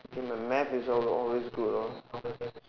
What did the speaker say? my math is always good orh